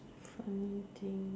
funny thing